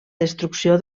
destrucció